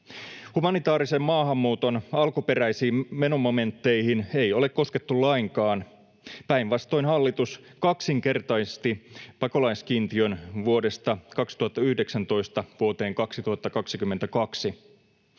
Humanitaarisen maahanmuuton alkuperäisiin menomomentteihin ei ole koskettu lainkaan. Päinvastoin hallitus kaksinkertaisti pakolaiskiintiön vuodesta 2019 vuoteen 2022.